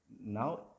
now